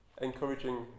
encouraging